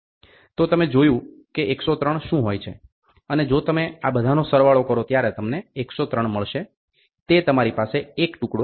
તો તમે જોયું કે 103 શું હોય છે અને જો તમે આ બધાનો સરવાળો કરો ત્યારે તમને 103 મળશે તે તમારી પાસે એક ટુકડો 1